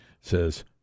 says